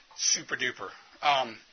Super-duper